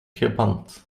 happened